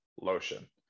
lotion